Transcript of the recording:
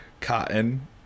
cotton